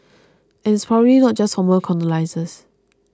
and it's probably not just former colonisers